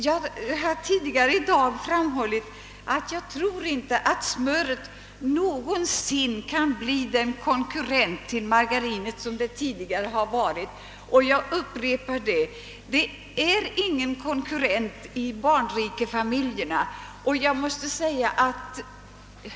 Jag har tidigare i dag framhållit att jag inte tror att smöret någonsin kan bli den konkurrent till margarinet som det tidigare har varit. Och jag upprepar: Smöret är ingen konkurrent i barnrikefamiljerna.